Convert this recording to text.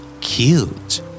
Cute